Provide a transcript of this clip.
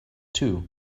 too